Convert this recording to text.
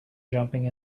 jumping